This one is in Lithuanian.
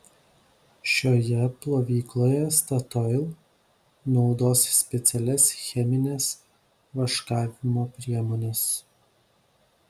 šioje plovykloje statoil naudos specialias chemines vaškavimo priemones